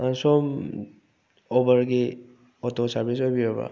ꯁꯣꯝ ꯑꯣꯕꯔꯒꯤ auto service ꯑꯣꯏꯕꯤꯔꯕ